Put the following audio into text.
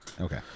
Okay